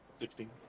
Sixteen